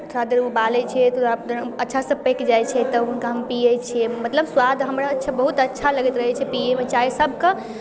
थोड़ा देर उबालै छियै पूरा गरम अच्छासँ पकि जाइ छै तब हुनका हम पियै छियै मतलब स्वाद हमरा अच्छा बहुत अच्छा लगैत रहै छै पियैमे चाय सभके